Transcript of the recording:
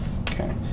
okay